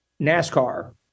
NASCAR